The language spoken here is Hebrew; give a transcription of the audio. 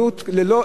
ללא הרף,